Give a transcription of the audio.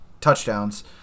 touchdowns